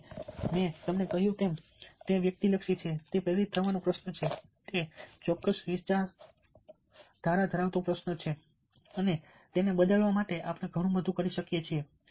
અને મેં તમને કહ્યું તેમ તે વ્યક્તિત્વ લક્ષી છે તે પ્રેરિત થવાનો પ્રશ્ન છે તે ચોક્કસ વિચારધારાઓ ધરાવવાનો પ્રશ્ન છે અને તેને બદલવા માટે આપણે ઘણું બધું કરી શકીએ છીએ